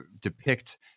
depict